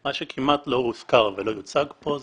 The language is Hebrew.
מה שכמעט לא הוזכר ולא הוצג כאן זה